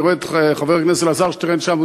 אני רואה את חבר הכנסת אלעזר שטרן שם,